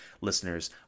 Listeners